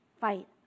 fight